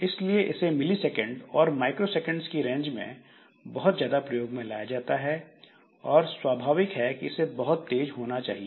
इसलिए इसे millisecond और माइक्रोसेकेंड्स की रेंज में बहुत ज्यादा प्रयोग में लाया जाता है और स्वभाविक है कि इसे बहुत तेज होना चाहिए